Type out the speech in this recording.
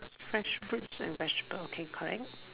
fresh fruit and vegetable okay correct